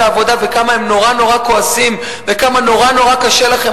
העבודה וכמה הם נורא נורא כועסים וכמה נורא נורא קשה לכם,